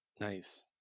nice